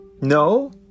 No